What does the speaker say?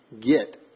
get